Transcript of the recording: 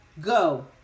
go